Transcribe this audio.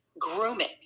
Grooming